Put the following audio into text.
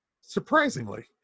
surprisingly